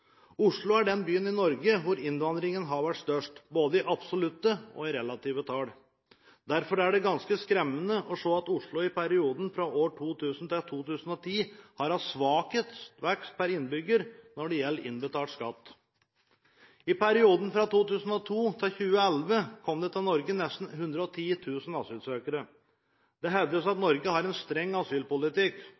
Oslo er den byen i Norge hvor innvandringen har vært størst, både i absolutte og i relative tall. Derfor er det ganske skremmende å se at Oslo i perioden fra år 2000 til 2010 har hatt svakest vekst per innbygger når det gjelder innbetalt skatt. I perioden fra 2002 til 2011 kom det nesten 110 000 asylsøkere til Norge. Det hevdes at Norge har en streng asylpolitikk,